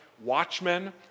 watchmen